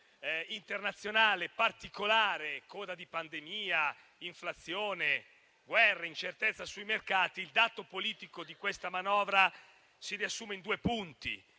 internazionale particolare, coda di pandemia, inflazione, guerre, incertezza sui mercati, il dato politico di questa manovra si riassume in due punti.